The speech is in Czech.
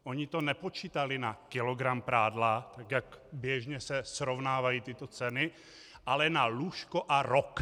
Oni to nepočítali na kilogram prádla, tak jak běžně se srovnávají tyto ceny, ale na lůžko a rok.